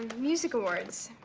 music awards.